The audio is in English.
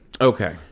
Okay